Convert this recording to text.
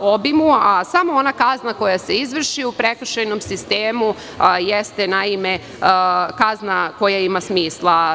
obimu, a samo ona kazna koja se izvrši u prekršajnom sistemu jeste kazna koja ima smisla.